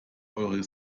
eure